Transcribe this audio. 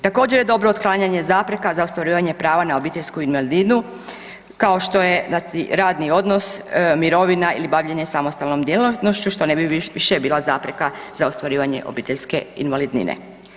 Također je dobro otklanjanje zapreka za ostvarivanje prava na obiteljsku invalidninu kao što je radni odnos, mirovina ili bavljenje samostalnom djelatnošću što ne bi više bila zapreka za ostvarivanje obiteljske invalidnine.